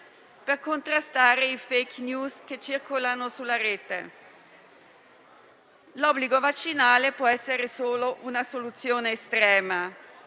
per contrastare le *fake news* che circolano sulla Rete. L'obbligo vaccinale può essere solo una soluzione estrema.